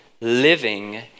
living